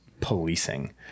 policing